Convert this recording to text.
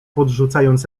podrzucając